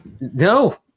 no